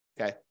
Okay